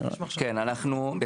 אנחנו,